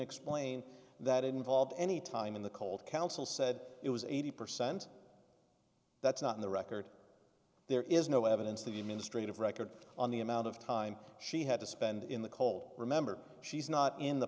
explain that it involved any time in the cold council said it was eighty percent that's not in the record there is no evidence of the ministry of record on the amount of time she had to spend in the cold remember she's not in the